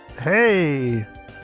Hey